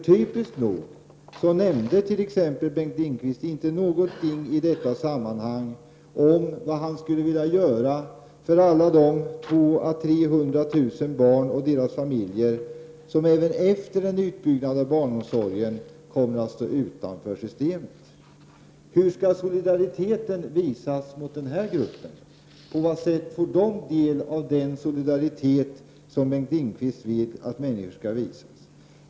Typiskt nog nämnde Bengt Lindqvist t.ex. inte något i detta sammanhang om vad han skulle vilja göra för de 200 000-300 000 barn och deras familjer som även efter en utbyggnad av barnomsorgen kommer att stå utanför systemet. Hur skall solidariteten visas mot denna grupp? På vad sätt får de del av den solidaritet som Bengt Lindqvist vet att människor skall visas?